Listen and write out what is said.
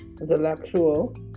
intellectual